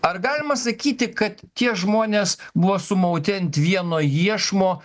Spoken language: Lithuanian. ar galima sakyti kad tie žmonės buvo sumauti ant vieno iešmo